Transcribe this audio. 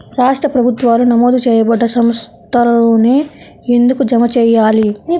రాష్ట్ర ప్రభుత్వాలు నమోదు చేయబడ్డ సంస్థలలోనే ఎందుకు జమ చెయ్యాలి?